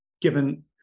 given